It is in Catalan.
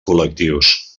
col·lectius